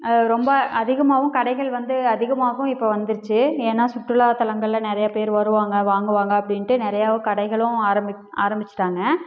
அது ரொம்ப அதிகமாகவும் கடைகள் வந்து அதிகமாகவும் இப்போ வந்துருச்சு ஏன்னால் சுற்றுலா தலங்களில் நிறையா பேர் வருவாங்க வாங்குவாங்க அப்படின்ட்டு நிறையா கடைகளும் ஆரமிச் ஆரம்பிச்சிட்டாங்க